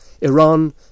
Iran